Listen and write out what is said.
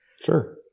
Sure